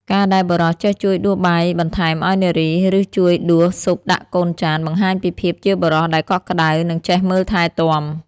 ការដែលបុរសចេះជួយដួសបាយបន្ថែមឱ្យនារី ឬជួយដួសស៊ុបដាក់កូនចាន បង្ហាញពីភាពជាបុរសដែលកក់ក្ដៅ និងចេះមើលថែទាំ។